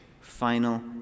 final